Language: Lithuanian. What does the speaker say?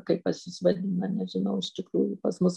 kaip pas jus vadina nežinau iš tikrųjų pas mus